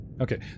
Okay